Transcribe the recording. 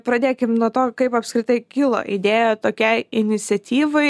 pradėkim nuo to kaip apskritai kilo idėja tokiai iniciatyvai